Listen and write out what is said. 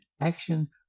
action